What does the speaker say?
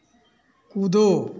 कूदो